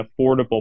affordable